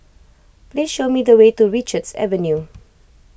please show me the way to Richards Avenue